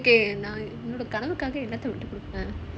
okay okay now கனவு காணுங்கள் என்னத்த:kanavu kaanungal ennatha but